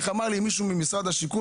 איך אמר לי מישהו ממשרד השיכון,